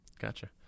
Gotcha